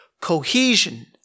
cohesion